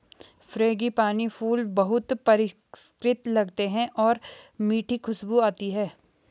frangipani फूल बहुत परिष्कृत लगते हैं और मीठी खुशबू आती है